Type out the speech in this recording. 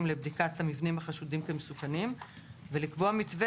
לבדיקת המבנים החשודים כמבנים מסוכנים ולקבוע מתווה